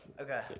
Okay